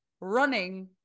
running